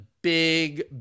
big